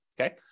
okay